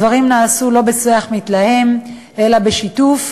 הדברים נעשו לא בשיח מתלהם אלא בשיתוף.